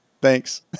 Thanks